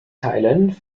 teilen